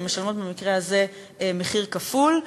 והן משלמות במקרה הזה מחיר כפול,